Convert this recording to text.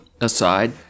aside